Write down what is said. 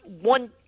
one